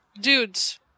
dudes